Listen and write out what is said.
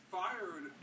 fired